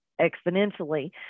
exponentially